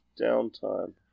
downtime